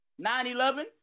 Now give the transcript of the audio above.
9-11